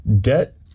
debt